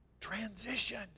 Transition